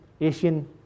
Asian